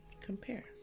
compare